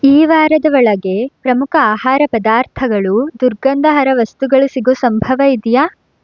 ಈ ವಾರದ ಒಳಗೆ ಪ್ರಮುಖ ಆಹಾರ ಪದಾರ್ಥಗಳು ದುರ್ಗಂಧಹರ ವಸ್ತುಗಳು ಸಿಗೋ ಸಂಭವ ಇದೆಯಾ